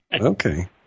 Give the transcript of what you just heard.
Okay